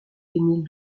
émile